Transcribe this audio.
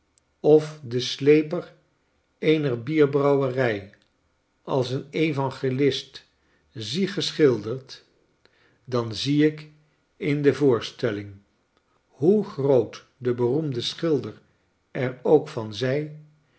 of den sleper eener bierbrouwerij als een evangelist zie geschilderd dan zie ik in de voorstelling hoe groot de beroemde schilder er ook van zij